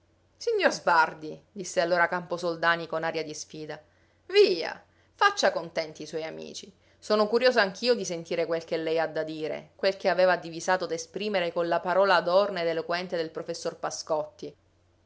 signor sbardi disse allora camposoldani con aria di sfida via faccia contenti i suoi amici sono curioso anch'io di sentire quel che lei ha da dire quel che aveva divisato d'esprimere con la parola adorna ed eloquente del professor